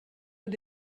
and